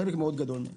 חלק גדול מאוד מהן.